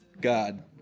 God